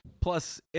Plus